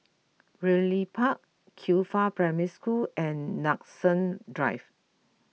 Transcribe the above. Ridley Park Qifa Primary School and Nanson Drive